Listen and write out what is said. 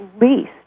least